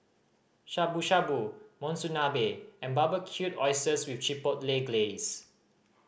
Shabu Shabu Monsunabe and Barbecued Oysters with Chipotle Glaze